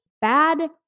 Bad